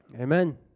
Amen